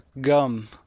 gum